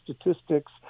statistics